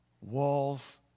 walls